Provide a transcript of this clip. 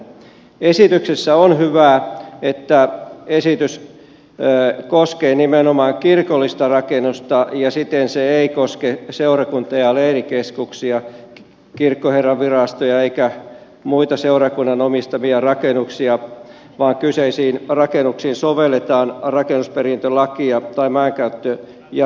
esityksessä on hyvää että esitys koskee nimenomaan kirkollista rakennusta ja siten se ei koske seurakunta ja leirikeskuksia kirkkoherranvirastoja eikä muita seurakunnan omistamia rakennuksia vaan kyseisiin rakennuksiin sovelletaan rakennusperintölakia tai maankäyttö ja rakennuslakia